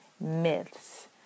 myths